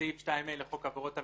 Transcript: לסעיף 2(ב) לחוק העבירות המינהליות,